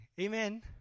Amen